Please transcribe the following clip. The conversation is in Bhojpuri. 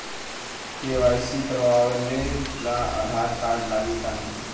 के.वाइ.सी करावे ला आधार कार्ड लागी का?